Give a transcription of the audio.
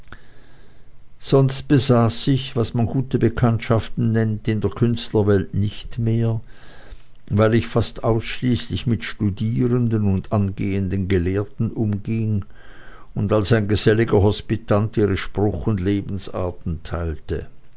sonst besaß ich was man gute bekanntschaften nennt in der künstlerwelt nicht mehr weil ich fast ausschließlich mit studierenden und angehenden gelehrten umging und als ein geselliger hospitant ihre spruch und lebensarten teilte